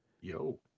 Yo